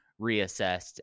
reassessed